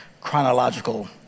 chronological